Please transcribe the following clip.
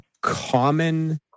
common